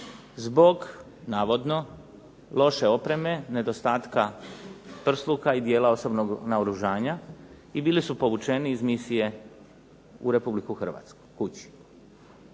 zbog navodno loše opreme, nedostatka prsluka i dijela osobnog naoružanja i bili su povućeni iz misije u Republiku Hrvatsku kući.